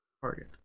Target